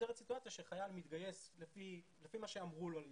סיטואציה שחייל מתגייס לפי מה שאמרו לו להתגייס,